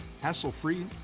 hassle-free